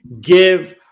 give